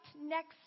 next